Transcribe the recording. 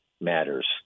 matters